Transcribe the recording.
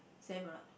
same or not